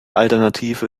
alternative